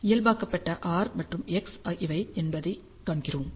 இயல்பாக்கப்பட்ட ஆர் மற்றும் எக்ஸ் இவை என்பதைக் காண்கிறோம்